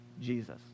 Jesus